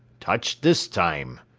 touched this time!